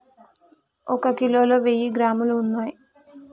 ఒక కిలోలో వెయ్యి గ్రాములు ఉన్నయ్